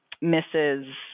misses